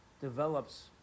develops